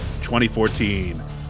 2014